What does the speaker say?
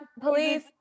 Police